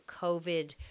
covid